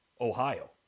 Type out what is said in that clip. Ohio